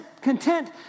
content